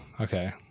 okay